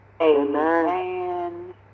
Amen